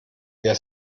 wer